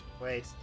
Wait